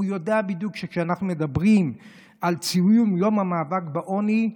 הוא יודע בדיוק שכשאנחנו מדברים על ציון יום המאבק בעוני,